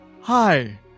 hi